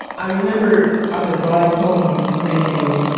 i remember on the drive home thinking,